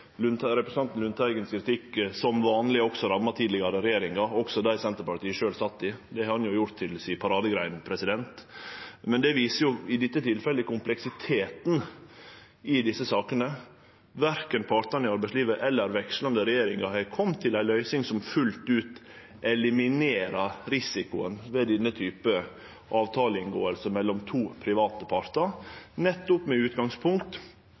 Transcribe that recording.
representanten Lundteigens kritikk som vanleg rammar tidlegare regjeringar, òg dei som Senterpartiet sjølv satt i. Det har han gjort til si paradegrein. Men det viser i dette tilfellet kompleksiteten i desse sakene. Verken partane i arbeidslivet eller vekslande regjeringar har kome til ei løysing som fullt ut eliminerer risikoen ved denne typen inngåing av avtalar mellom to private partar, nettopp med utgangspunkt